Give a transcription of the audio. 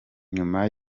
nyuma